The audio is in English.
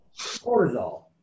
cortisol